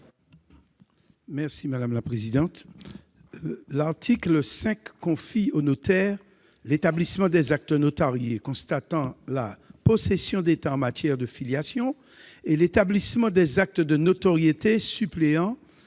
l'amendement n° 42. L'article 5 confie aux notaires l'établissement des actes de notoriété constatant la possession d'état en matière de filiation, l'établissement des actes de notoriété suppléant